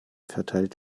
verteilt